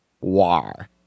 War